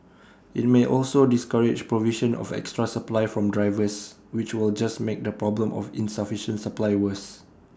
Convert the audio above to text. IT may also discourage provision of extra supply from drivers which will just make the problem of insufficient supply worse